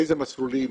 באיזה מסלולים,